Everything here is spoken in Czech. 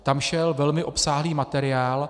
Tam šel velmi obsáhlý materiál.